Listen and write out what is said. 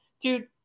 dude